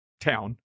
town